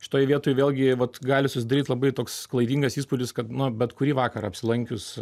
šitoj vietoj vėlgi vat gali susidaryt labai toks klaidingas įspūdis kad nu bet kurį vakarą apsilankius